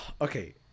Okay